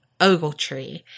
Ogletree